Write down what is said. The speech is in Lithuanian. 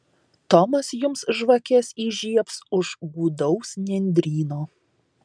tomas jums žvakes įžiebs už gūdaus nendryno